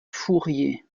fourrier